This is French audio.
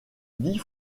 dix